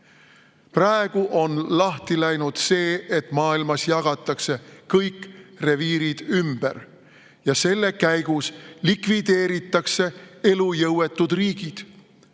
Praegu on lahti läinud see, et maailmas jagatakse kõik reviirid ümber, ja selle käigus likvideeritakse elujõuetud riigid.